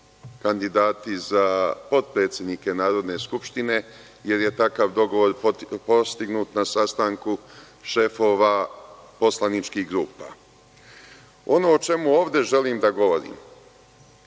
kandidati za potpredsednike Narodne skupštine, jer je takav dogovor postignut na sastanku šefova poslaničkih grupa. Ono o čemu ovde želim da govorim